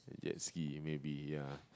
jet ski maybe ya